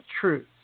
truth